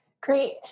Great